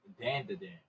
Dandadan